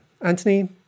Anthony